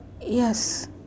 yes